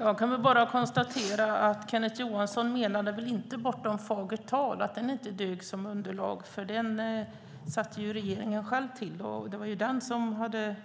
Fru talman! Kenneth Johansson menade väl inte att Bortom fagert tal inte dög som underlag? Den utredningen satte ju regeringen själv till, och det var den som hade